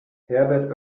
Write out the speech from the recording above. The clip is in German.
herbert